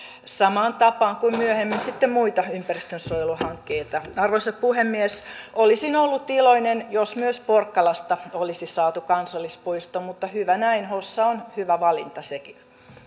samaan tapaan kuin myöhemmin sitten muita ympäristönsuojeluhankkeita arvoisa puhemies olisin ollut iloinen jos myös porkkalasta olisi saatu kansallispuisto mutta hyvä näin hossa on hyvä valinta sekin